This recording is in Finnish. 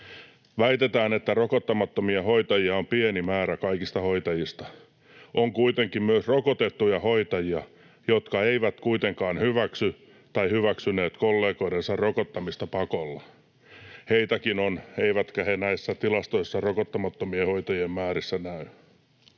Väitetään, että rokottamattomia hoitajia on pieni määrä kaikista hoitajista. On kuitenkin myös rokotettuja hoitajia, jotka eivät kuitenkaan hyväksyneet kollegoidensa rokottamista pakolla. Heitäkin on, eivätkä he näissä tilastoissa rokottamattomien hoitajien määristä näy.